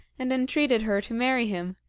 and entreated her to marry him,